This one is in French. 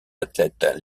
athlètes